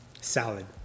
Salad